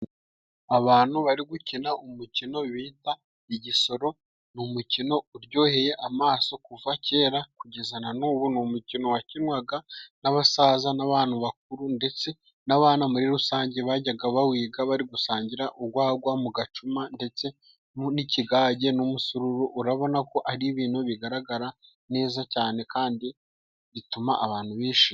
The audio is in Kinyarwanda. Abanu bari gukina umukino bita igisoro. Ni umukino uryoheye amaso kuva kera kugeza na n'ubu. Ni umukino wakinwaga n'abasaza n'abanu bakuru ndetse n'abana muri rusange. Bajyaga bawiga bari gusangira ugwagwa mu gacuma ndetse n'ikigage n'umusururu. Urabona ko ari ibintu bigaragara neza cyane kandi bituma abantu bishima.